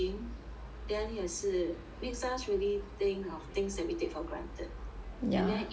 then 也是 makes us really think of things that we take for granted and then if